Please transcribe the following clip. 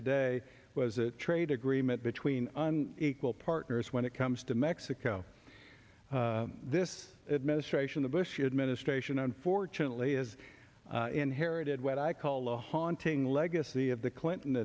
today was a trade agreement between equal partners when it comes to mexico this administration the bush administration unfortunately is inherited what i call the haunting legacy of the clinton